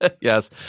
Yes